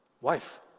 wife